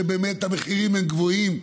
ובאמת המחירים גבוהים,